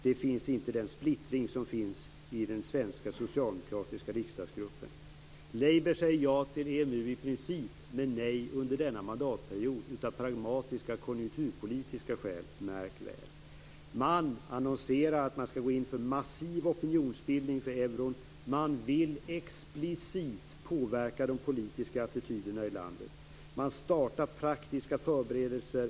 Den splittring som finns i den svenska socialdemokratiska riksdagsgruppen finns inte. Labour säger i princip ja till EMU, men nej under denna mandatperiod av pragmatiska och konjunkturpolitiska skäl - märk väl. Man annonserar att man skall gå in för massiv opinionsbildning för euron. Man vill explicit påverka de politiska attityderna i landet. Man startar praktiska förberedelser.